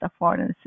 affordances